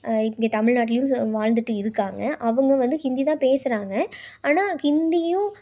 இங்கே தமிழ்நாட்லேயும் வாழ்ந்துட்டு இருக்காங்க அவங்க வந்து இந்திதான் பேசுறாங்க ஆனால் இந்தியும்